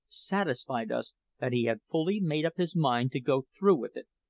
satisfied us that he had fully made up his mind to go through with it.